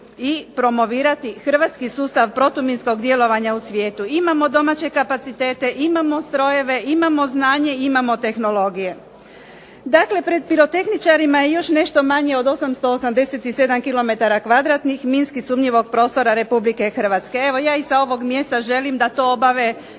i promovirati Hrvatski sustav protuminskog djelovanja u svijetu. Imamo domaće kapacitete, imamo strojeve, imamo znanje, imamo tehnologije. Dakle, pred pirotehničarima je još nešto manje od 887 km kvadratnih minski sumnjivog prostora RH. Evo, ja im sa ovog mjesta želim da to obave bez